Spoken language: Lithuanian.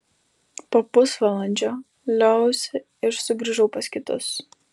po pusvalandžio lioviausi ir sugrįžau pas kitus